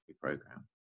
program